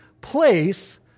place